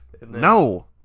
No